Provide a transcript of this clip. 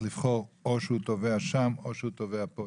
לבחור או שהוא תובע שם או שהוא תובע כאן?